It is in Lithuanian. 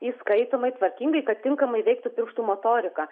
įskaitomai tvarkingai kad tinkamai veiktų pirštų motorika